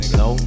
no